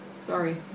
Sorry